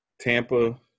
Tampa